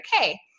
okay